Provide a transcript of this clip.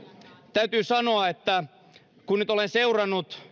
täytyy sanoa että kun nyt olen seurannut